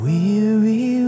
Weary